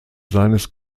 seines